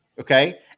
okay